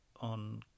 on